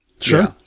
Sure